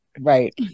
right